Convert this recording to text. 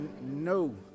No